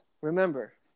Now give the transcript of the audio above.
remember